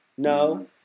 No